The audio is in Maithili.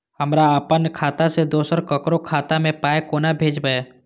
हमरा आपन खाता से दोसर ककरो खाता मे पाय कोना भेजबै?